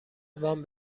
وام